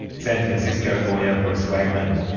san francisco lawyer, bruce wagman.